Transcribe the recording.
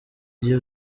gihe